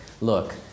look